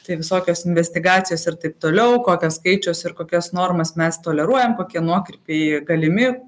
tai visokios investigacijos ir taip toliau kokius skaičius ir kokias normas mes toleruojam kokie nuokrypiai galimi